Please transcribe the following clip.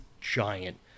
giant